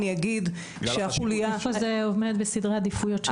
אני אגיד שהחולייה -- איפה זה עומד בסדרי העדיפויות שלכם?